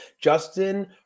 Justin